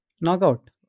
Knockout